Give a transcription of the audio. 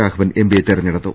രാഘവൻ എംപിയെ തെരഞ്ഞെടുത്തു